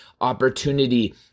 opportunity